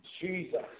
Jesus